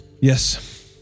Yes